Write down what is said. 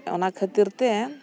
ᱚᱱᱟ ᱠᱷᱟᱹᱛᱤᱨᱛᱮ